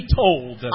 told